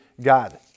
God